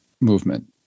movement